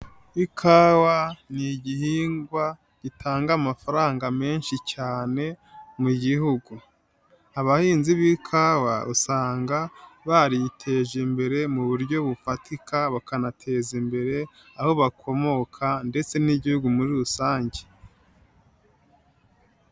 Ikawa n'igihingwa gitanga amafaranga menshi cyane mu gihugu. Abahinzi b'ikawa usanga bariteje imbere mu buryo bufatika, bakanateza imbere aho bakomoka, ndetse n'igihugu muri rusange.